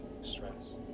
stress